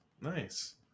nice